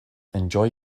enjoy